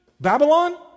babylon